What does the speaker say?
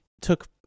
took